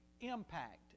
impact